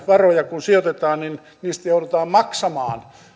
varoja sijoitetaan niin niistä joudutaan maksamaan